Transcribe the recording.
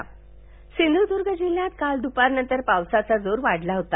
सिंधुदुर्ग सिंधूद्र्ग जिल्ह्यात काल दुपारनंतर पावसाचा जोर वाढला होता